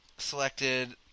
Selected